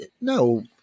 no